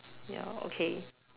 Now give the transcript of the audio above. ya okay